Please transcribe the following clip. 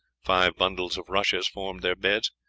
five bundles of rushes formed their beds,